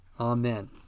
Amen